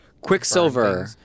Quicksilver